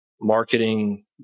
marketing